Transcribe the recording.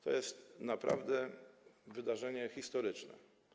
To jest naprawdę wydarzenie historyczne.